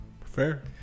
Fair